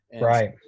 Right